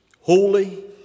holy